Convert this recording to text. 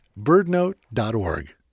birdnote.org